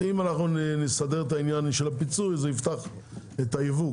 אם נסדר את עניין הפיצוי, זה יפתח את הייבוא.